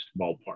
ballpark